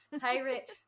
Pirate